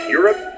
Europe